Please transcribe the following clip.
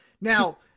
Now